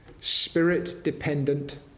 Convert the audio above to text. spirit-dependent